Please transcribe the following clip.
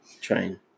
Train